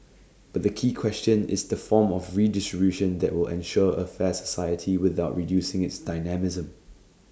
but the key question is the form of redistribution that will ensure A fair society without reducing its dynamism